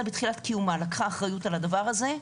בתחילת קיומה לקחה אחריות על הדבר הזה,